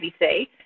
ABC